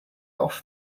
off